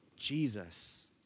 Jesus